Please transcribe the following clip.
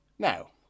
Now